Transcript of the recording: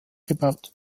gebaut